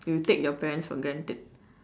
you take your parents for granted